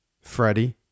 Freddie